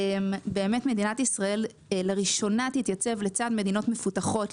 מדינת ישראל לראשונה תתייצב לצד מדינות מפותחות,